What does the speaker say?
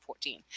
2014